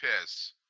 piss